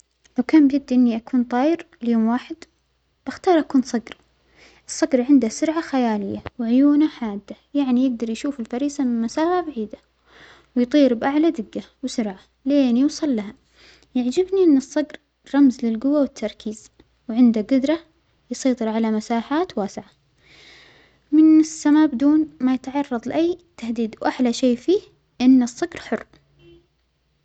لو كان بيدى إنى أكون طائر ليوم واحد بختار أكون صجر، الصجر عنده سرعة خيالية وعيونه حادة يعنى يجدر يشوف الفريسة من مسافة بعيدة، ويطير بأعلى دجة وسرعة لأن يوصل لها، يعجبنى أن الصجر رمز للجوة والتركيز وعنده الجدرة للسيطرة على مساحات واسعة من السما بدون ما يتعرض لأى تهديد، وأحلى شيء فيه أن الصجر حر.